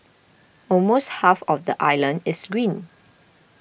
almost half of the island is green